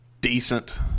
decent